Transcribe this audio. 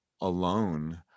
alone